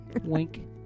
Wink